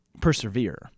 persevere